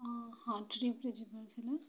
ଅଁ ହଁ ଟ୍ରିପ୍ରେ ଯିବାର ଥିଲା